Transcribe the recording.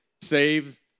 save